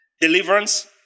Deliverance